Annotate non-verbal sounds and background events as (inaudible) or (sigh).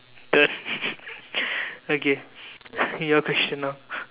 !duh! (laughs) okay your question now